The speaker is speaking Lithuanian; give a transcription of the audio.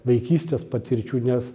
vaikystės patirčių nes